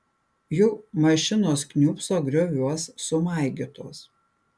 jų mašinos kniūbso grioviuos sumaigytos